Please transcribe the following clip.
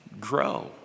Grow